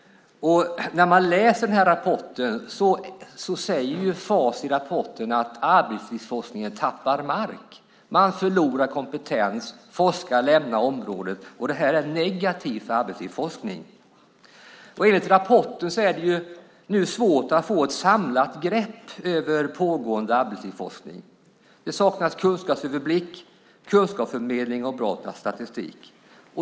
I rapporten från FAS sägs att arbetslivsforskningen tappar mark. Den förlorar kompetens. Forskare lämnar området. Det är negativt för arbetslivsforskningen. Enligt rapporten är det svårt att nu få ett samlat grepp om pågående arbetslivsforskning. Det saknas kunskapsöverblick, kunskapsförmedling och bra statistik.